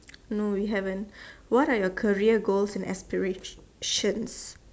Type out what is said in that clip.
no we haven't what are your career goal and aspirations